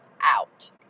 out